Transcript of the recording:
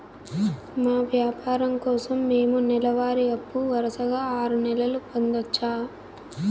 మా వ్యాపారం కోసం మేము నెల వారి అప్పు వరుసగా ఆరు నెలలు పొందొచ్చా?